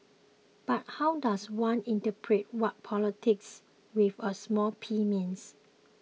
but how does one interpret what politics with a small P means